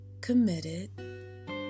committed